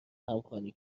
همخوانی